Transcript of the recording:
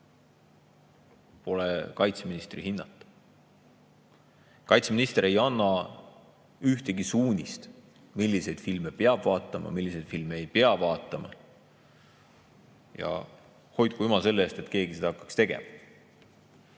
pole kaitseministri hinnata. Kaitseminister ei anna ühtegi suunist, milliseid filme peab vaatama, milliseid filme ei pea vaatama. Ja hoidku jumal selle eest, et keegi hakkaks seda